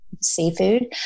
seafood